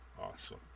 Awesome